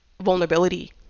vulnerability